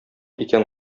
икән